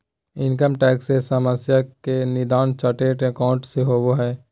income tax से समस्या के निदान चार्टेड एकाउंट से होबो हइ